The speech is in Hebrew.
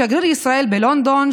שגריר ישראל בלונדון,